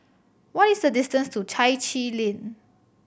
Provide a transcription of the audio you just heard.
what is the distance to Chai Chee Lane